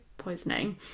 poisoning